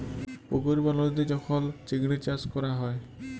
পুকুর বা লদীতে যখল চিংড়ি চাষ ক্যরা হ্যয়